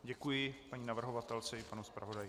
Děkuji paní navrhovatelce i panu zpravodaji.